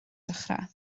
dechrau